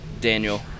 Daniel